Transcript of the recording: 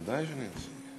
בוודאי שאני אציג.